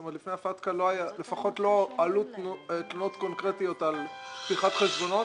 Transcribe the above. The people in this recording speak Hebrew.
לפני ה- FATKA לא עלו תלונות קונקרטיות על פתיחת חשבונות.